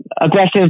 aggressive